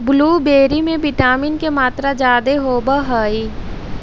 blueberry में vitamin के मात्रा जादे होब हई